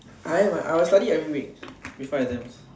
I am I will study every week before exams